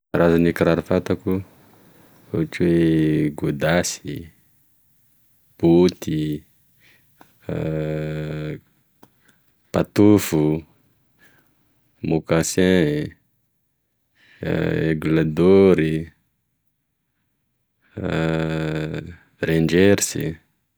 Karazana kiraro fantako ohatry oe godasy, boty, patofo, mokasay, aigle dory, randjersy.